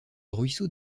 ruisseau